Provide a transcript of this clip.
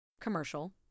Commercial